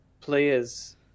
players